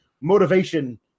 motivation